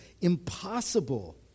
impossible